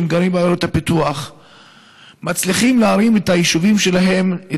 שגרים בעיירות הפיתוח הם מצליחים להרים את היישובים שלהם,